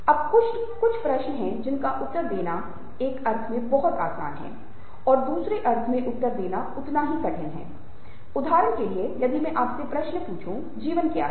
अब कुछ प्रश्न हैं जिनका उत्तर देना एक अर्थ में बहुत आसान है और दूसरे अर्थ में उत्तर देना बहुत कठिन है उदाहरण के लिए यदि मैं आपसे प्रश्न पूछूं जीवन क्या है